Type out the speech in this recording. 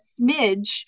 smidge